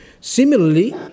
Similarly